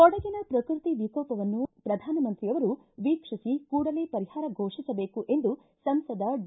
ಕೊಡಗಿನ ಪ್ರಕೃತಿ ವಿಕೋಪವನ್ನು ಪ್ರಧಾನಮಂತ್ರಿ ಅವರು ಕೂಡಲೇ ವೀಕ್ಷಿಸಿ ಕೂಡಲೇ ಪರಿಹಾರ ಘೋಷಿಸಬೇಕು ಎಂದು ಸಂಸದ ಡಿ